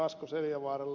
asko seljavaaralle